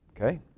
okay